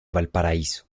valparaíso